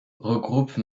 regroupe